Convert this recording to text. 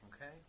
Okay